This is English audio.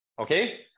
Okay